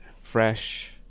fresh